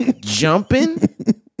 jumping